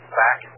back